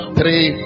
three